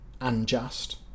unjust